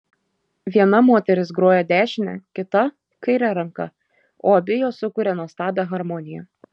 viena moteris groja dešine kita kaire ranka o abi jos sukuria nuostabią harmoniją